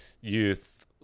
youth